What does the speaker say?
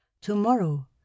Tomorrow